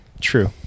True